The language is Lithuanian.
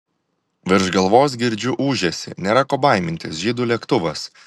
virš galvos girdžiu ūžesį nėra ko baimintis žydų lėktuvas